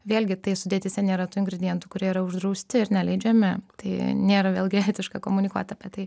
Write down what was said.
vėlgi tai sudėtyse nėra tų ingredientų kurie yra uždrausti ir neleidžiami tai nėra vėlgi etiška komunikuot apie tai